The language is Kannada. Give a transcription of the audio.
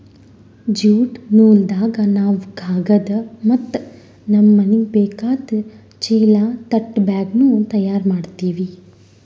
ಜ್ಯೂಟ್ ನೂಲ್ದಾಗ್ ನಾವ್ ಕಾಗದ್ ಮತ್ತ್ ನಮ್ಮ್ ಮನಿಗ್ ಬೇಕಾದ್ ಚೀಲಾ ತಟ್ ಬ್ಯಾಗ್ನು ತಯಾರ್ ಮಾಡ್ತೀವಿ